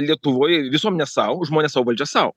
lietuvoj visuomenė sau žmonės sau valdžia sau